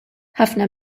ħafna